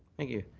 thank you.